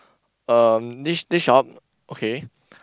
uh this this shop okay